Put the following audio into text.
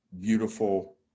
beautiful